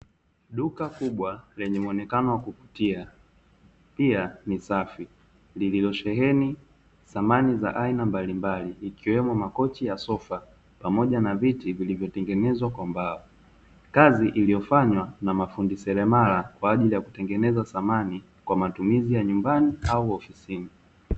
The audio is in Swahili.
Duka kubwa lenye muonekano wa kuvutia, pia ni safi lililo sheheni samani za aina mbali mbali, ikiwemo makochi ya sofa, pamoja na viti vilivyo tengenezwa kwa mbao, kazi iliyo fanywa na mafundi seremala kwa ajili ya kutengeneza samani kwa matumizi ya nyumbani au ofisini.